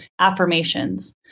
affirmations